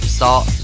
start